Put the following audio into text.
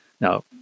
Now